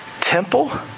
temple